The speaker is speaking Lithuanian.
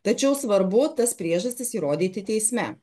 tačiau svarbu tas priežastis įrodyti teisme